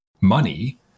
money